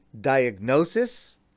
diagnosis